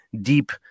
deep